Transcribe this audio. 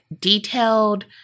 detailed